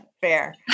fair